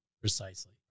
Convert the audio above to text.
Precisely